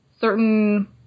certain